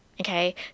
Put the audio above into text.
okay